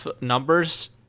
numbers